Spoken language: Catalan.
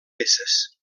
peces